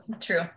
True